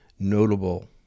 notable